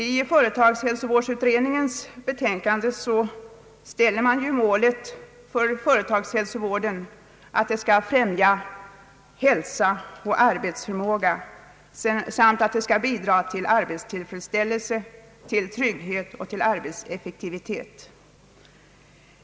I företagshälsovårdsutredningens betänkande ställer man upp som mål för företagshälsovården att den skall främja hälsa och arbetsförmåga samt bidra till arbetstillfredsställelse, trygghet och arbetseffektivitet.